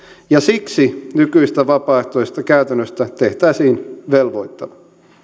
ja siksi nykyisestä vapaaehtoisesta käytännöstä tehtäisiin velvoittava